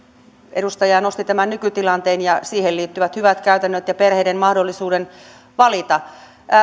edustaja nosti tämän nykytilanteen ja siihen liittyvät hyvät käytännöt ja perheiden mahdollisuuden valita